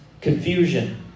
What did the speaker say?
confusion